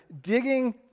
digging